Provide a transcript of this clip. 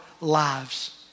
lives